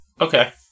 Okay